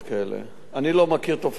אני לא מכיר תופעות כאלה,